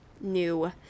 new